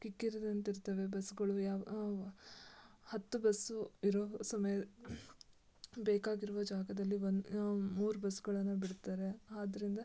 ಕಿಕ್ಕಿರಿದಂತೆ ಇರ್ತವೆ ಬಸ್ಸುಗಳು ಯಾವ ಹತ್ತು ಬಸ್ಸು ಇರೋ ಸಮಯ ಬೇಕಾಗಿರುವ ಜಾಗದಲ್ಲಿ ಒಂದು ಮೂರು ಬಸ್ಸುಗಳನ್ನು ಬಿಡ್ತಾರೆ ಆದ್ದರಿಂದ